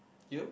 you